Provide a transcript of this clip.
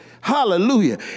Hallelujah